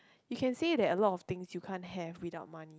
you can say that a lot of things you can't have without money